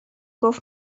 گفت